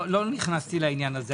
לא נכנסתי לזה.